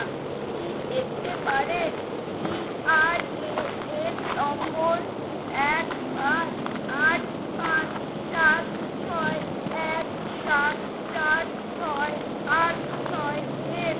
আপনি কি দেখতে পারেন পিআরএএন নম্বর এক পাঁচ আট পাঁচ সাত ছয় এক সাত চার ছয় আট ছয় এর